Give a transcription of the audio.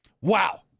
wow